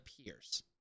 appears